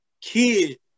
kid